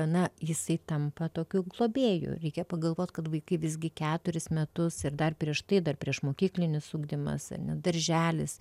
ana jisai tampa tokiu globėju reikia pagalvot kad vaikai visgi keturis metus ir dar prieš tai dar priešmokyklinis ugdymas darželis